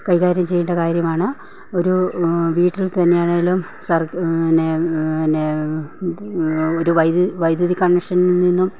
കൈകാര്യം ചെയ്യേണ്ട കാര്യമാണ് ഒരു വീട്ടിൽ തന്നെ ആണെങ്കിലും എന്നെ ഒരു വൈദ്യുതി വൈദ്യുതി കണക്ഷനിൽ നിന്നും